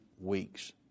weeks